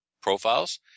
profiles